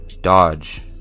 Dodge